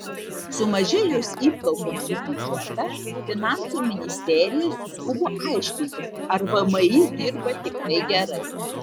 sumažėjus įplaukoms į biudžetą finansų ministerija suskubo aiškintis ar vmi dirba tikrai gerai